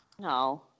No